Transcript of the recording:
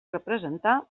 representar